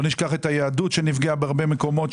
לא נשכח את היהדות שנפגעה בהרבה מקומות,